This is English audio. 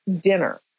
dinner